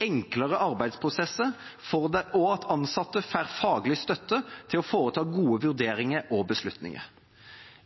enklere arbeidsprosesser og at ansatte får faglig støtte til å foreta gode vurderinger og beslutninger.